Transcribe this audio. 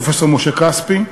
פרופסור משה כספי,